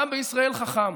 העם בישראל חכם.